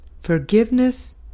Forgiveness